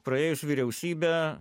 praėjus vyriausybę